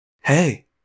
Hey